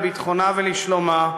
לביטחונה ולשלומה,